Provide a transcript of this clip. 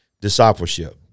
Discipleship